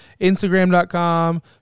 Instagram.com